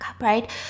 right